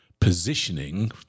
positioning